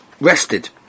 rested